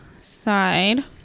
side